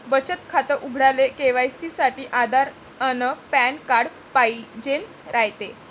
बचत खातं उघडाले के.वाय.सी साठी आधार अन पॅन कार्ड पाइजेन रायते